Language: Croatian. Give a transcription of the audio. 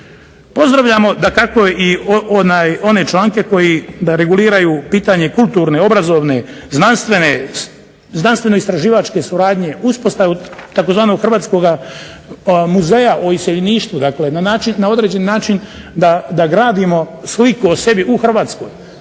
Pozdravljamo i one članke koji reguliraju pitanje kulturne, obrazovne, znanstvene, znanstveno-istraživačke suradnje, uspostave tzv. Hrvatskog muzeja o iseljeništvu na određeni način da gradimo sliku o sebi u Hrvatskoj.